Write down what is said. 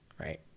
right